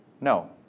No